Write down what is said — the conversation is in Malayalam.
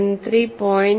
എം 3 0